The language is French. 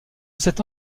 cette